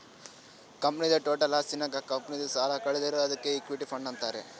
ಕಂಪನಿದು ಟೋಟಲ್ ಆಸ್ತಿ ನಾಗ್ ಕಂಪನಿದು ಸಾಲ ಕಳದುರ್ ಅದ್ಕೆ ಇಕ್ವಿಟಿ ಫಂಡ್ ಅಂತಾರ್